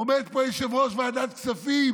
עומד פה יושב-ראש ועדת כספים,